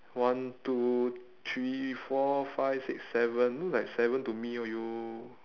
one two three four five six seven look like seven to me !aiyo!